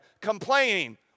Complaining